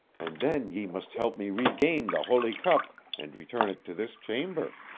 and then ye must help me regain the holy cup and return it to this chamber.